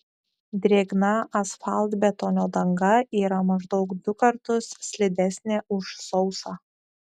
drėgna asfaltbetonio danga yra maždaug du kartus slidesnė už sausą